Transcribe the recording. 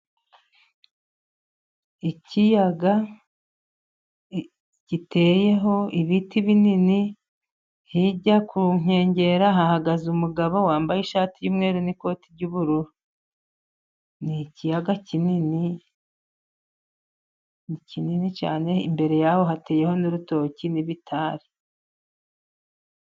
Ikiyaga giteyeho ibiti binini, hijya ku nkengero hahagaze umugabo wambaye ishati y'umweru n'ikoti ry'ubururu. Ni ikiyaga kinini, ni kinini cyane, imbere yaho hateyeho n'urutoki n'ibitari.